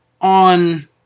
on